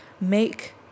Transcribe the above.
make